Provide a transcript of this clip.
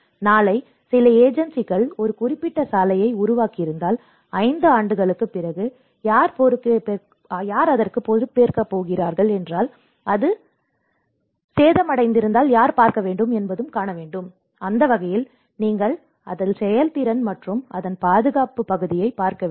எனவே நாளை சில ஏஜென்சிகள் ஒரு குறிப்பிட்ட சாலையை உருவாக்கியிருந்தால் 5 ஆண்டுகளுக்குப் பிறகு யார் பொறுப்பேற்கப் போகிறார்கள் என்றால் அது சேதமடைகிறது எனவே அந்த வகையில் நீங்கள் அதன் செயல்திறன் மற்றும் அதன் பாதுகாப்பு பகுதியைப் பார்க்க வேண்டும்